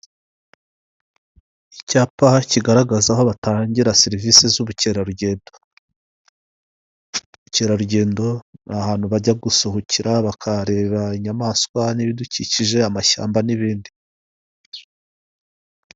Icyapa kigaragaza aho batangira serivise z'ubukerarugendo. Ubukerarugendo ni ahantu bajya gusohokera bakahareba inyamaswa n'ibidukikije amashyamba n'ibindi.